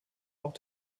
auch